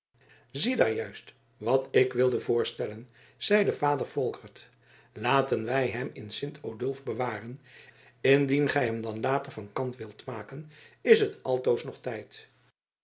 ziedaar juist wat ik wilde voorstellen zeide vader volkert laten wij hem in sint odulf bewaren indien gij hem dan later van kant wilt maken is het altoos nog tijd